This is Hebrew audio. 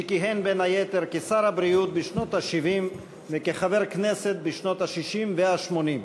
שכיהן בין היתר כשר הבריאות בשנות ה-70 וכחבר הכנסת בשנות ה-60 וה-80.